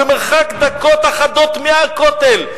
במרחק דקות אחדות מהכותל,